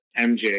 MJ